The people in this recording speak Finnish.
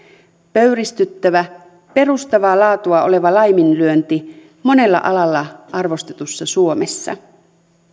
pöyristyttävä perustavaa laatua oleva laiminlyönti monella alalla arvostetussa suomessa